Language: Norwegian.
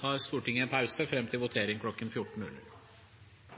3. Stortinget tar da pause fram til votering kl. 14. Stortinget er da klar til